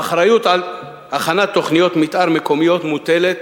האחריות להכנת תוכניות מיתאר מקומיות מוטלת